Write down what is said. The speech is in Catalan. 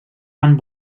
van